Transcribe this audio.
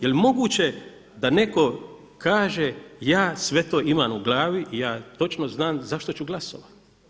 Jel' moguće da netko kaže ja sve to imam u glavi i ja točno znam za to ću glasovati?